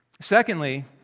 Secondly